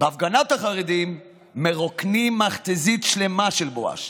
בהפגנת החרדים מרוקנים מכת"זית שלמה של בואש.